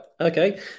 Okay